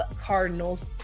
Cardinals